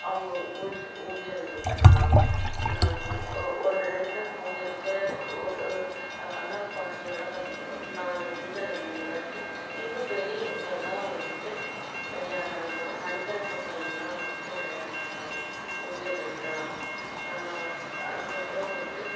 அவங்க ஊஞ்ச ஊஞ்சல் வைக்கலாம் ஓ ஒரு ரெண்டு மூணு இருக்கிற ஒரு ஒரு அண்ணா பார்க்லலாம் பார்த்தீங்கன்னா ஒரு நாலு ஊஞ்சல் அஞ்சு ஊஞ்சல் தான் இருக்கே இன்னும் பெரியவங்கள் எல்லாம் வந்துட்டு விளையாடுற மா நடுத்தர மக்கள் எல்லாம் வந்துட்டு விளையாடுற மாதிரி ஊஞ்சல் இருக்கலாம் அதுக்கப்புறோம் வந்துட்டு